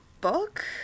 book